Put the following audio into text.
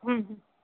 हम्म